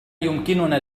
يمكننا